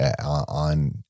on